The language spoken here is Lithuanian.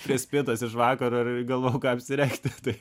prie spintos iš vakaro ir galvojau ką apsirengti tai